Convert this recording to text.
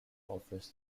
offers